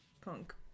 punk